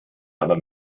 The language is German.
aber